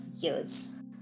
years